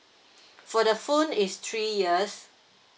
for the phone is three years